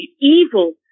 evil